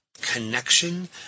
connection